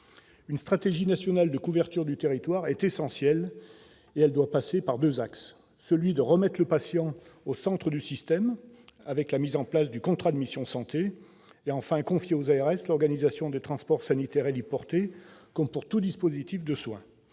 Une stratégie nationale de couverture du territoire est essentielle et elle doit passer par deux axes : remettre le patient au centre du système, avec la mise en place du contrat de mission santé ; confier aux ARS l'organisation des transports sanitaires héliportés comme pour tout dispositif de soins.